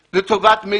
כדי לעשות סדר,